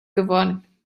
geworden